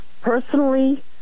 personally